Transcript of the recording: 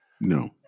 No